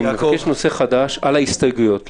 אני מבקש נושא חדש על ההסתייגויות,